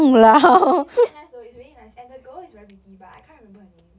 it's it's quite nice though it's really nice and the girl is very pretty but I can't remember her name